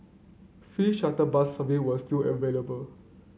free shuttle bus service were still available